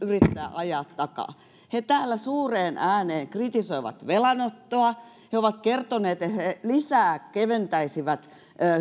ajaa takaa he täällä suureen ääneen kritisoivat velanottoa he ovat kertoneet että he lisää keventäisivät